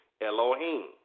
Elohim